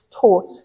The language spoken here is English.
taught